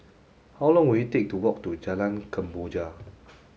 how long will it take to walk to Jalan Kemboja